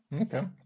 Okay